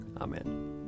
Amen